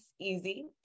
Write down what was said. easy